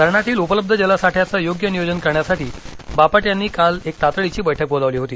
धरणातील उपलब्ध जलसाठ्याचं योग्य नियोजन करण्यासाठी बापट यांनी काल एक तातडीची बैठक बोलावली होती